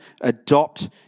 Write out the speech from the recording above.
adopt